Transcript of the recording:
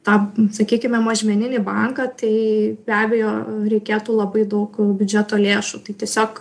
tą sakykime mažmeninį banką tai be abejo reikėtų labai daug biudžeto lėšų tai tiesiog